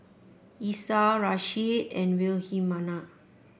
Esau Rasheed and Wilhelmina